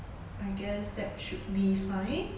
I guess that should be fine